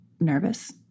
nervous